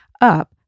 up